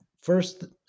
First